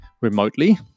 remotely